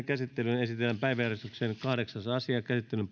käsittelyyn esitellään päiväjärjestyksen yhdeksäs asia käsittelyn